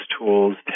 tools